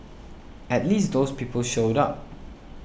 at least those people showed up